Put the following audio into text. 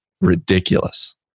ridiculous